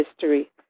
history